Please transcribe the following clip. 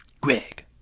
greg